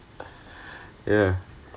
ya